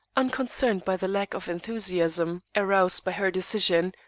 unconcerned by the lack of enthusiasm aroused by her decision,